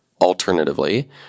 alternatively